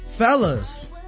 Fellas